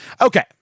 Okay